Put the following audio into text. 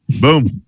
Boom